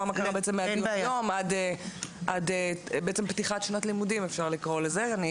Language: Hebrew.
מה קרה מהדיון היום עד פתיחת שנת הלימודים.